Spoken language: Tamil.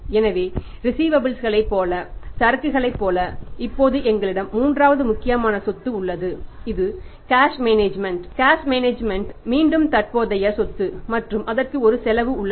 எனவே ரிஸீவபல்ஸ் மீண்டும் தற்போதைய சொத்து மற்றும் அதற்கு ஒரு செலவு உள்ளது